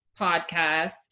podcast